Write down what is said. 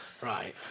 right